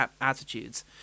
attitudes